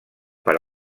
per